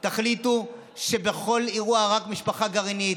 תחליטו שבכל אירוע רק משפחה גרעינית,